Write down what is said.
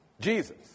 Jesus